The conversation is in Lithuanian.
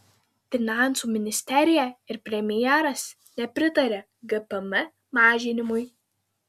finansų ministerija ir premjeras nepritaria gpm mažinimui